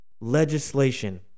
legislation